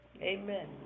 Amen